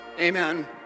amen